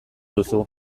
duzu